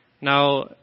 Now